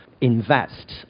invest